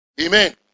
Amen